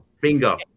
Bingo